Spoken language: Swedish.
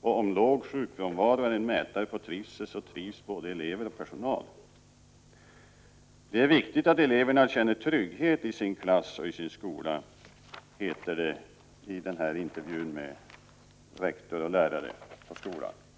och om låg sjukfrånvaro är en mätare på trivsel så trivs både elever och personal. Det är viktigt att eleverna känner trygghet i sin klass och i sin skola, heter det i intervjun med rektor och lärare på skolan.